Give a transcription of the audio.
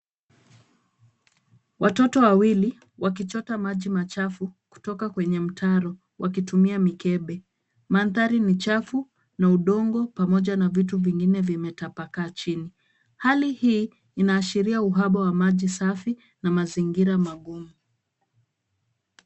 Watoto wawili wakichota maji machafu kutoka kwenye mtaro wakitumia mikebe. Mandhari ni chafu na udongo pamoja na vitu vingine vimetapakaa chini. Hali hii inaashiria uhaba wa maji safi na mazingira magumu.